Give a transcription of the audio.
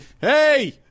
Hey